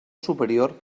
superior